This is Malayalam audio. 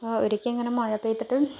ഒരിക്കൽ ഇങ്ങനെ മഴ പെയ്തിട്ട്